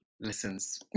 listens